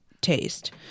taste